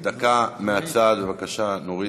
דקה מהצד, בבקשה, נורית.